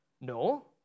No